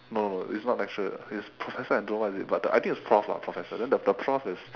no no no it's not lecturer it's professor and don't know what is it but the I think it's prof lah professor then the the prof is